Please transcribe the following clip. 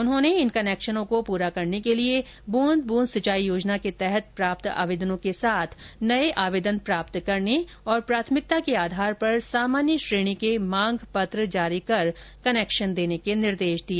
उन्होंने इन कनेक्शनों को पूरा करने के लिए बूंद बूंद सिंचाई योजना के तहत प्राप्त आवेदनों के साथ नए आवेदन प्राप्त करने और प्राथमिकता के आधार पर सामान्य श्रेणी के मांग पत्र जारी कर कनेक्शन देने के निर्देश दिए